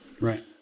Right